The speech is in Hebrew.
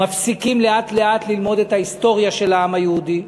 מפסיקים לאט-לאט ללמוד את ההיסטוריה של העם היהודי.